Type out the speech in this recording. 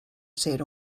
ser